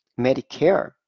Medicare